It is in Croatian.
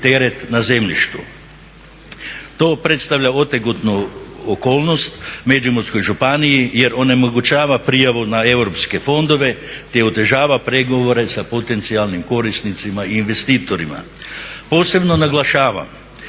To predstavlja otegotnu okolnost Međimurskoj županiji jer onemogućava prijavu na europske fondove, te održava pregovore sa potencijalnim korisnicima i investitorima. Posebno naglašavam